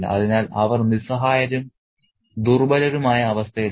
അതിനാൽ അവർ നിസ്സഹായരും ദുർബലരുമായ അവസ്ഥയിലാണ്